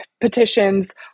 petitions